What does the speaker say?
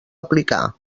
aplicar